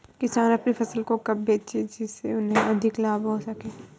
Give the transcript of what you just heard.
किसान अपनी फसल को कब बेचे जिसे उन्हें अधिक लाभ हो सके?